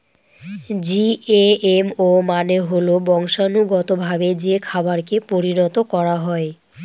GMO মানে হল বংশানুগতভাবে যে খাবারকে পরিণত করা হয়